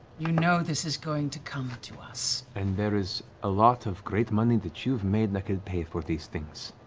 you know this is going to come to us. matt and there is a lot of great money that you've made that could pay for these things.